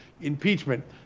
Impeachment